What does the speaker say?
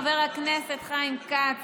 חבר הכנסת חיים כץ,